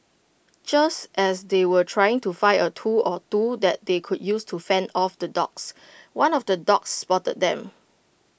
just as they were trying to find A tool or two that they could use to fend off the dogs one of the dogs spotted them